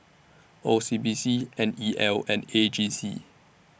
O C B C N E L and A G C